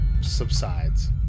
subsides